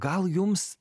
gal jums